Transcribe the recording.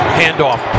handoff